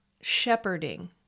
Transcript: shepherding